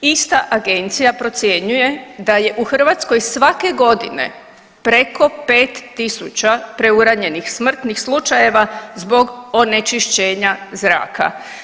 Ista agencija procjenjuje da je u Hrvatskoj svake godine preko 5.000 preuranjenih smrtnih slučajeva zbog onečišćenja zraka.